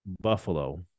Buffalo